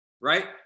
right